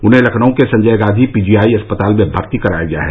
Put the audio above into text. उन्हें लखनऊ के संजय गांधी पीजीआई अस्पताल में भर्ती कराया गया है